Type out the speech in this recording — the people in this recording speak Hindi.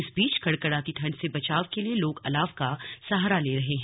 इस बीच कड़कड़ाती ठंड से बचाव के लिए लोग अलाव का सहारा ले रहे हैं